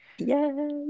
yes